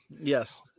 Yes